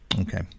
Okay